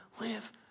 live